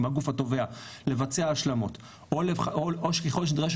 מהגוף התובע לבצע השלמות או ככל שנדרש